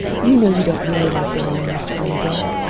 you know you don't really like the wine, mr. armadale.